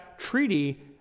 Treaty